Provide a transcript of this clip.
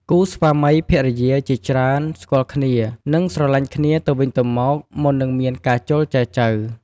គូស្វាមីភរិយាជាច្រើនស្គាល់គ្នា និងស្រលាញ់គ្នាទៅវិញទៅមកមុននឹងមានការចូលចែចូវ។